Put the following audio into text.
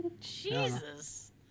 Jesus